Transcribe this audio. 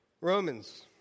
Romans